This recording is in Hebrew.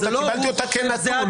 קיבלתי אותה כנתון.